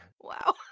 Wow